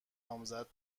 نامزد